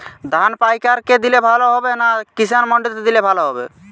ধান পাইকার কে দিলে ভালো হবে না কিষান মন্ডিতে দিলে ভালো হবে?